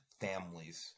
families